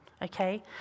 Okay